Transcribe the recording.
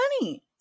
money